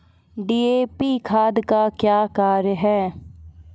DAP खाद का क्या कार्य हैं?